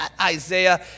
Isaiah